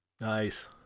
Nice